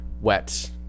wet